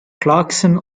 clarkson